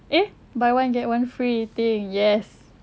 eh buy one get one free thing yes